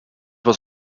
was